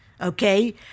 okay